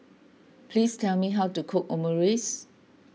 please tell me how to cook Omurice